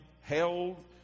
held